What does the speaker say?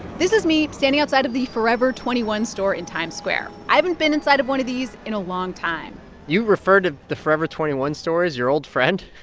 this is me standing outside of the forever twenty one store in times square. i haven't been inside of one of these in a long time you refer to the forever twenty one store as your old friend?